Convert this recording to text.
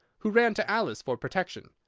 who ran to alice for protection.